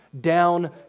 down